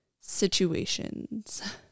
situations